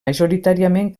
majoritàriament